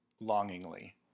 longingly